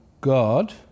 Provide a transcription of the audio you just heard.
God